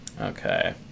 Okay